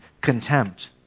contempt